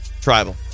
Tribal